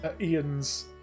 Ian's